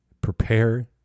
prepare